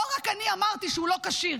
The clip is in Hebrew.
לא רק אני אמרתי שהוא לא כשיר.